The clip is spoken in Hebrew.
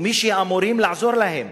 או מי שאמורים לעזור להם,